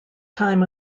time